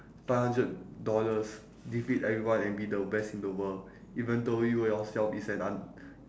five hundred dollars defeat everyone and be the best in the world even though you yourself is an un~